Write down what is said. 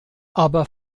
aber